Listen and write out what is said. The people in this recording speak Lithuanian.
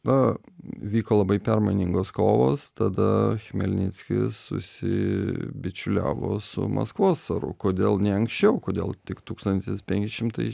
na vyko labai permainingos kovos tada chmelnickis susibičiuliavo su maskvos caru kodėl ne ankščiau kodėl tik tūkstantis penki šimtai